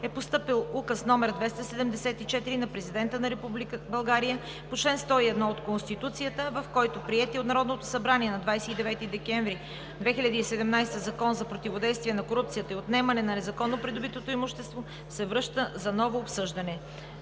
е постъпил Указ № 274 на Президента на Република България, по чл. 101 от Конституцията, в който приетият от Народното събрание на 20 декември 2017 г. Закон за противодействие на корупцията и отнемане на незаконно придобитото имущество се връща за ново обсъждане.